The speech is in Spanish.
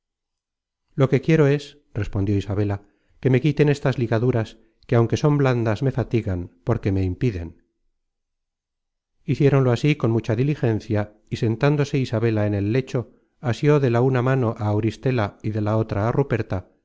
lo que quiero es respondió isabela que me quiten que me impiden hicieronlo así con mucha diligencia y sentándose isabela en el lecho asió de la una mano á auristela y de la otra á ruperta